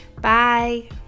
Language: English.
Bye